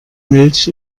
milch